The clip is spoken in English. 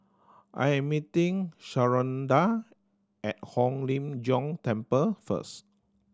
I am meeting Sharonda at Hong Lim Jiong Temple first